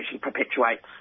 perpetuates